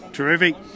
terrific